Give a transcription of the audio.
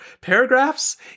paragraphs